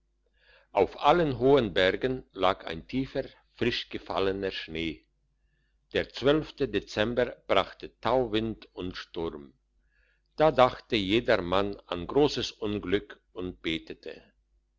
auf allen hohen bergen lag ein tiefer frisch gefallener schnee der zwölfte dezember brachte tauwind und sturm da dachte jedermann an grosses unglück und betete